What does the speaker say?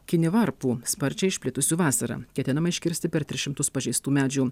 kinivarpų sparčiai išplitusių vasarą ketinama iškirsti per tris šimtus pažeistų medžių